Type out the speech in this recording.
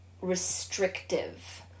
restrictive